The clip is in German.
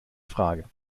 frage